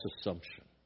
assumption